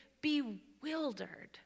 bewildered